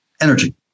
energy